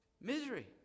Misery